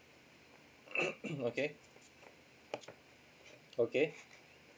okay okay